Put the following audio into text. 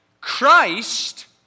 Christ